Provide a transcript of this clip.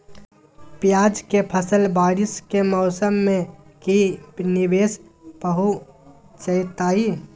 प्याज के फसल बारिस के मौसम में की निवेस पहुचैताई?